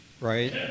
right